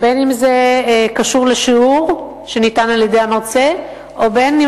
בין אם זה קשור לשיעור שניתן על-ידי המרצה ובין אם